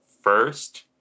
first